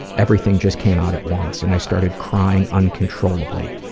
everything just came out at once and i started crying uncontrollably,